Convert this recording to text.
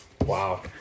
Wow